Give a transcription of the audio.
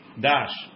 dash